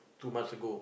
two months ago